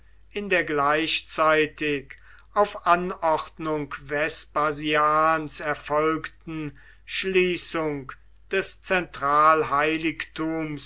in der gleichzeitig auf anordnung vespasians erfolgten schließung des